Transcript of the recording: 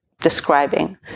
describing